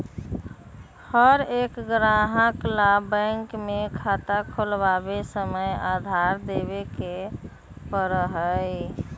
हर एक ग्राहक ला बैंक में खाता खुलवावे समय आधार देवे ही पड़ा हई